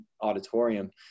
auditorium